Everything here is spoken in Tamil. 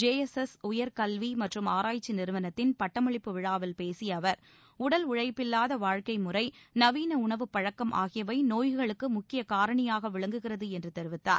ஜே எஸ் எஸ் உயர் கல்வி மற்றும் ஆராய்ச்சி நிறுவனத்தின் பட்டமளிப்பு விழாவில் பேசிய அவர் உடல் உளழப்பில்லாத வாழ்க்கை முறை நவீன உணவு பழக்கம் ஆகியவை நோய்களுக்கு முக்கிய காரணிகளாக விளங்குகிறது என்று தெரிவித்தார்